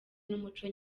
n’umuco